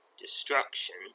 destruction